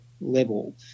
level